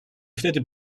wtedy